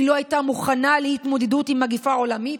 היא לא הייתה מוכנה להתמודד עם מגפה עולמית,